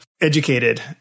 educated